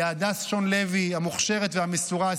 להדס שון לוי המוכשרת והמסורה,